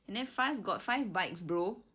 and then faz got five bikes bro